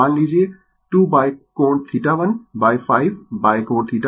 मान लीजिए 2 कोण 1 5 कोण 2